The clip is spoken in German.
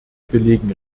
belegen